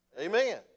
Amen